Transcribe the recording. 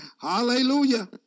Hallelujah